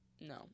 No